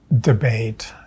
debate